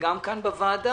וגם כאן בוועדה,